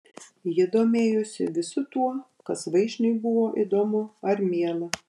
ji domėjosi visu tuo kas vaišniui buvo įdomu ar miela